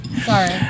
Sorry